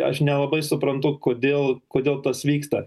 aš nelabai suprantu kodėl kodėl tas vyksta